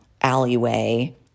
alleyway